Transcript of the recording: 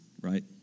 right